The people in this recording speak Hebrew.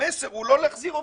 המסר הוא לא להחזיר עובדים,